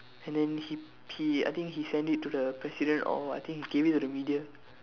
and then he he I think he send it to the president or I think he gave it to the media